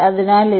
അതിനാൽ ഇത്